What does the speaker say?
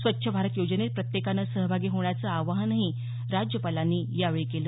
स्वच्छ भारत योजनेत प्रत्येकानं सहभागी होण्याचं आवाहनही राज्यपालांनी यावेळी केलं